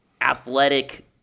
athletic